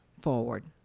forward